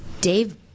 Dave